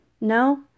No